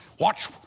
Watch